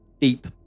deep